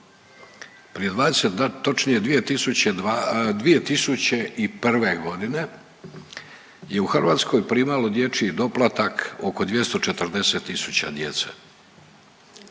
točnije 2001. godine je u Hrvatskoj primalo dječji doplatak oko 240 tisuća djece.